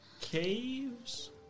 caves